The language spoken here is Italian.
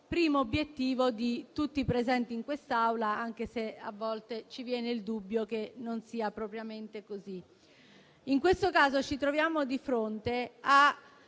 primo obiettivo di tutti i presenti in quest'Aula, anche se a volte ci viene il dubbio che non sia propriamente così. In questo caso ci troviamo di fronte a